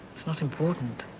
it's not important.